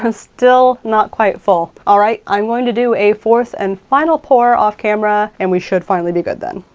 ah still not quite full. all right i'm going to do a fourth and final pour off camera, and we should finally be good then.